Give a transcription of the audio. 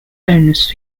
bonus